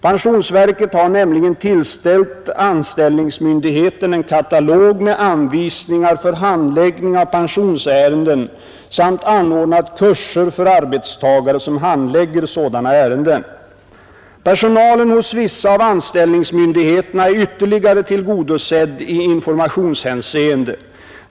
Pensionsver ket har nämligen tillställt anställningsmyndigheterna en katalog med anvisningar för handläggning av pensionsärenden samt anordnat kurser för arbetstagare som handlägger sådana ärenden. Personalen hos vissa av anställningsmyndigheterna är ytterligare tillgodosedd i informationshänseende.